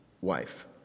wife